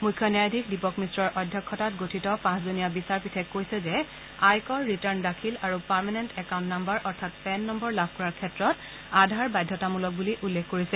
মুখ্য ন্যায়াধীশ দীপক মিশ্ৰৰ অধ্যক্ষতাত গঠিত পাঁচজনীয়া বিচাৰপীঠে কৈছে যে আয়কৰ ৰিটাৰ্ণ দাখিল আৰু পাৰমানেণ্ট একউণ্ট নাম্বাৰ অৰ্থাৎ পান নম্বৰ লাভ কৰাৰ ক্ষেত্ৰত আধাৰ বাধ্যতামূলক বুলি উল্লেখ কৰিছে